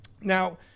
Now